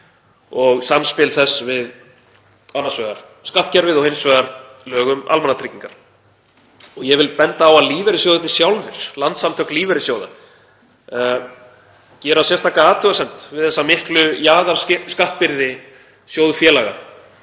og samspil þess við annars vegar skattkerfið og hins vegar lög um almannatryggingar. Ég vil benda á að lífeyrissjóðirnir sjálfir, Landssamtök lífeyrissjóða, gera sérstaka athugasemd við þessa miklu jaðarskattbyrði sjóðfélaga,